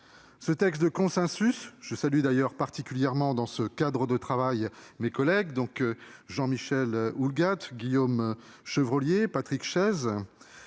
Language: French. Ce texte de consensus - je salue d'ailleurs particulièrement le travail de mes collègues Jean-Michel Houllegatte, Guillaume Chevrollier et Patrick Chaize